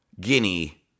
Guinea